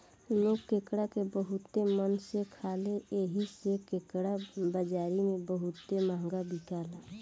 लोग केकड़ा के बहुते मन से खाले एही से केकड़ा बाजारी में बहुते महंगा बिकाला